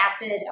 acid